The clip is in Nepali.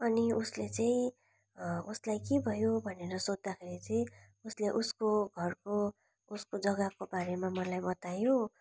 अनि उसले चाहिँ उसलाई के भयो भनेर सोद्धाखेरि चाहिँ उसले उसको घरको उसको जगाको बारेमा मलाई बतायो